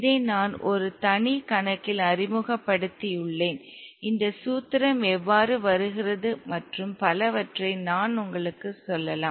இதை நான் ஒரு தனி கணக்கில் அறிமுகப்படுத்தியுள்ளேன் இந்த சூத்திரம் எவ்வாறு வருகிறது மற்றும் பலவற்றை நான் உங்களுக்குச் சொல்லலாம்